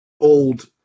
old